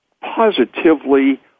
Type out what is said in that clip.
positively